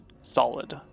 Solid